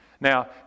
Now